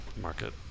Market